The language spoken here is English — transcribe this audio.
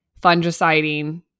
fungiciding